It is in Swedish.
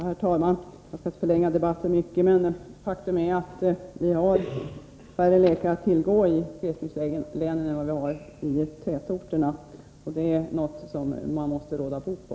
Herr talman! Jag skall inte förlänga debatten mycket, men faktum är att vi har färre läkare att tillgå i glesbygdslänen än vad vi har i tätorterna — och det är något som man måste råda bot på.